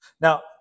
Now